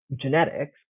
genetics